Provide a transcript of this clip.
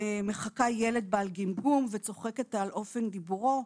מחקה ילד בעל גמגום, וצוחקת על אופן דיבורו.